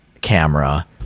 camera